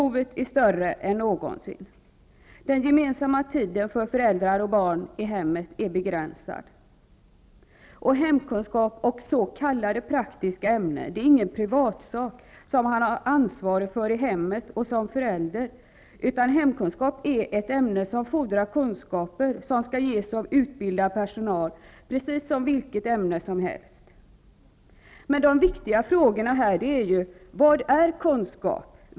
Den gemensamma tiden för föräldrar och barn i hemmet är begränsad, och hemkunskap och s.k. praktiska ämnen gäller inte privatsaker som man har ansvar för bara i hemmet och som förälder, utan i ämnet hemkunskap ges kunskaper för vilkas förmedlande det fordras utbildad personal, precis som i vilket ämne som helst. De viktiga frågorna här är: Vad är kunskap?